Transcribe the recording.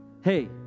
Hey